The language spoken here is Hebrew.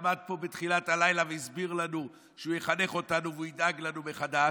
שעמד פה בתחילת הלילה והסביר לנו שהוא יחנך אותנו וידאג לנו מחדש.